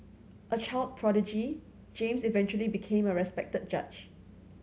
a child prodigy James eventually became a respected judge